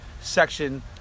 section